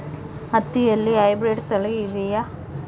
ಹತ್ತಿಯಲ್ಲಿ ಹೈಬ್ರಿಡ್ ತಳಿ ಇದೆಯೇ?